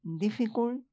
difficult